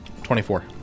24